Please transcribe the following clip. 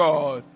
God